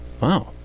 Wow